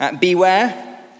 Beware